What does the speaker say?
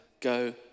go